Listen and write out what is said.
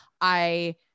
I-